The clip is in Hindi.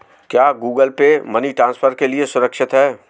क्या गूगल पे मनी ट्रांसफर के लिए सुरक्षित है?